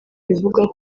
ivuga